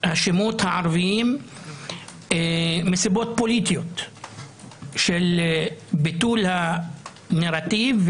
השמות הערביים מסיבות פוליטיות של ביטול הנרטיב,